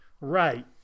Right